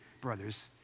brothers